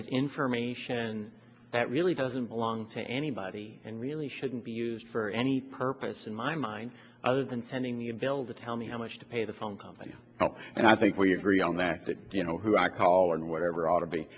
information that really doesn't belong to anybody and really shouldn't be used for any purpose in my mind other than sending the unveiled to tell me how much to pay the phone company and i think we agree on that that you know who i call and whatever ought to be